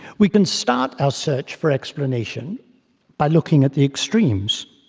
we can start our search for explanations by looking at the extremes.